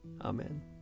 Amen